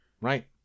right